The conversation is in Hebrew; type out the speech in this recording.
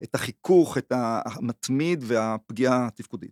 את החיכוך, את המתמיד והפגיעה התפקודית.